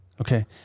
Okay